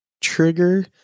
trigger